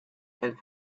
and